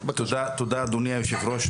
תודה, אדוני היושב-ראש.